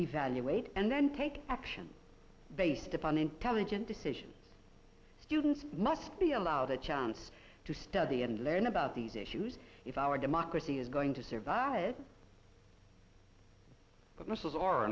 evaluate and then take action based upon intelligent decision students must be allowed a chance to study and learn about these issues if our democracy is going to survive but muscles are